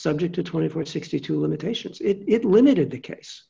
subject to twenty four or sixty two imitations it limited the case